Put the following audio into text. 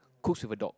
cooks with a dog